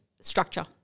structure